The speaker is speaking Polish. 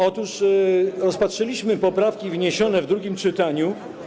Otóż rozpatrzyliśmy poprawki zgłoszone w drugim czytaniu.